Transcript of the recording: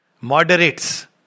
moderates